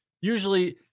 usually